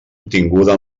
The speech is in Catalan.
obtinguda